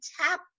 tap